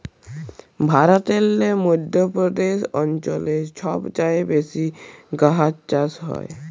ভারতেল্লে মধ্য প্রদেশ অঞ্চলে ছব চাঁঁয়ে বেশি গাহাচ চাষ হ্যয়